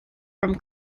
from